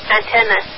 antenna